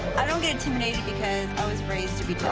i don't get intimidated, because i was raised to be